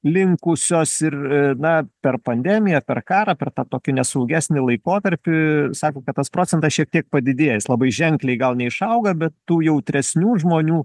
linkusios ir na per pandemiją per karą per tą tokį nesaugesnį laikotarpį sako kad tas procentas šiek tiek padidėjęs labai ženkliai gal neišauga bet tų jautresnių žmonių